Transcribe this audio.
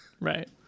right